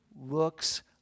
looks